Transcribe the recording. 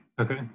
Okay